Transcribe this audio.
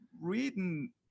reading